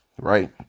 right